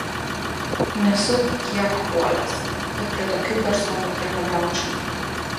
nesu tiek puolęs kad prie tokių personų priekabiaučiau